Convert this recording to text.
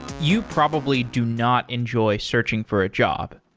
you probably do not enjoy searching for a job.